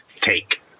take